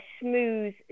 smooth